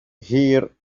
here